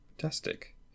Fantastic